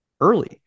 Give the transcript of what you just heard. early